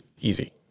easy